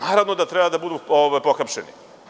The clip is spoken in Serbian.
Naravno da treba da budu pohapšeni.